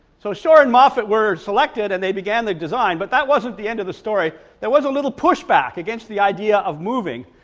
so shore and moffatt were selected and they began the design, but that wasn't the end of the story there was a little pushback against the idea of moving,